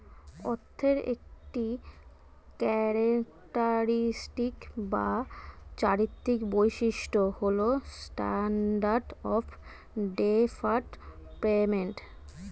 অর্থের একটি ক্যারেক্টারিস্টিক বা চারিত্রিক বৈশিষ্ট্য হল স্ট্যান্ডার্ড অফ ডেফার্ড পেমেন্ট